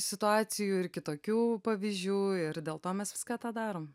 situacijų ir kitokių pavyzdžių ir dėl to mes viską tą darom